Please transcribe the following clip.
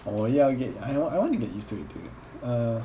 我要 get I I want to get used to it dude err